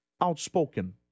outspoken